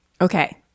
Okay